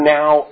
now